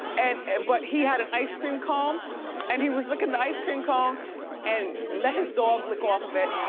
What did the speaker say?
and and but he had an ice cream cone and he was lickin' the ice cream cone and let his dog lick off of it.